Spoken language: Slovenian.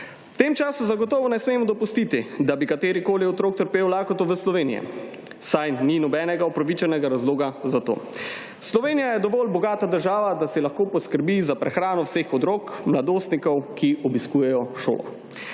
V tem času zagotovo ne smemo dopustiti, da bi katerikoli otrok trpel lakoto v Sloveniji, saj ni nobenega opravičenega razloga za to. **149. TRAK (VI) 21.35** (Nadaljevanje) Slovenija je dovolj bogata država, da lahko poskrbi za prehrano vseh otrok, mladostnikov, ki obiskujejo šolo.